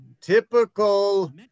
typical